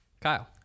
kyle